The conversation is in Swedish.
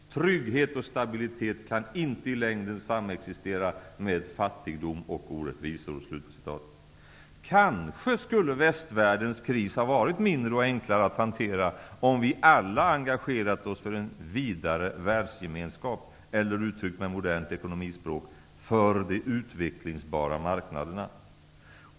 Trygghet och stabilitet kan inte i längden samexistera med fattigdom och orättvisor.'' Kanske skulle västvärldens kris ha varit mindre och enklare att hantera om vi alla engagerat oss för en vidare världsgemenskap eller -- uttryckt med modernt ekonomispråk -- för de utvecklingsbara marknaderna.